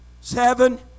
seven